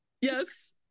Yes